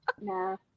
No